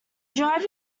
drive